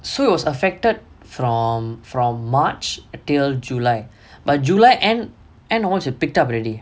so it was affected from from march until july but july end end onwards we picked up already